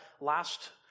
last